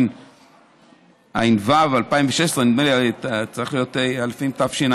התשע"ו 2016," נדמה לי שזה צריך להיות התשע"ח,